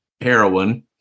heroin